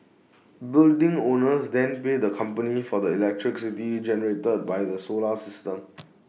building owners then pay the company for the electricity generated by the solar system